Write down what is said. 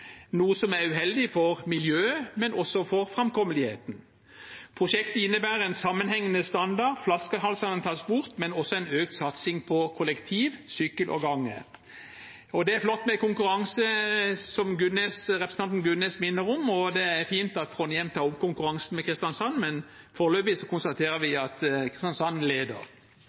noe som er uheldig for miljøet, men også for framkommeligheten. Prosjektet innebærer en sammenhengende standard, flaskehalsene tas bort, men det blir også en økt satsing på kollektivtrafikk, sykkel og gange. Det er flott med konkurranse, som representanten Gunnes minner om, og det er fint at Trondheim tar opp konkurransen med Kristiansand, men foreløpig konstaterer vi at Kristiansand leder.